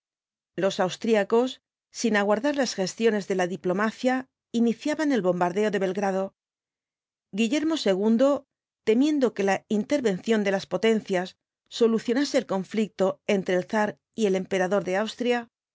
los austríacos sin aguardar las gestiones de la diplomacia iniciaban el bombardeo de belgrado guillermo ii temiendo que la intervención de las potencias solucionase el conflicto entre el zar y el emperador de austria